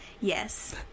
Yes